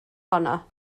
honno